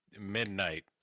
Midnight